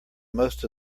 most